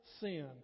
sin